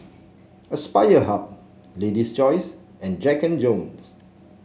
Aspire Hub Lady's Choice and Jack And Jones